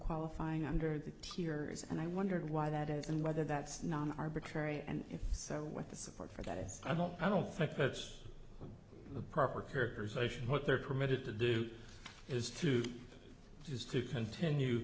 qualifying under that tier is and i wondered why that is and whether that's not arbitrary and if so what the support for that is i don't i don't think that's the proper characterization of what they're permitted to do is to just to continue